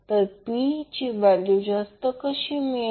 तर P ची value जास्त कशी मिळेल